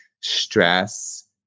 stress